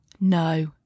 No